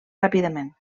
ràpidament